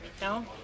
No